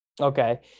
Okay